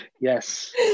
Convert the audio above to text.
Yes